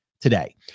today